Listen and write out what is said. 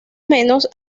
menos